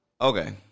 Okay